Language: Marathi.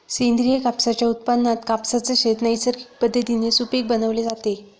सेंद्रिय कापसाच्या उत्पादनात कापसाचे शेत नैसर्गिक पद्धतीने सुपीक बनवले जाते